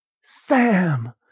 Sam